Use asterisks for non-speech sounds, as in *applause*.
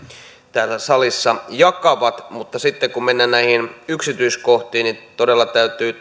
täällä salissa jakavat mutta sitten kun mennään näihin yksityiskohtiin niin todella täytyy *unintelligible*